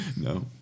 No